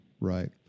Right